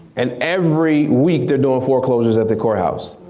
and every week, they're doing foreclosures at the court house.